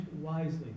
wisely